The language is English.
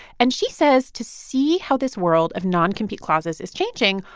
and she says, to see how this world of non-compete clauses is changing,